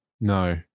No